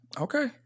Okay